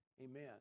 Amen